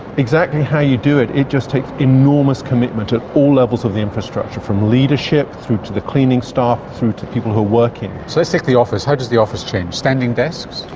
exactly how you do it, it just takes enormous commitment at all levels of the infrastructure from leadership through to the cleaning staff, through to people who are working. so let's take the office. how does the office change? standing desks?